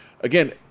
again